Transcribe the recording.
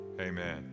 Amen